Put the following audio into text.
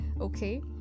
okay